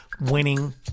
Winning